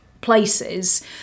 places